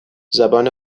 زبان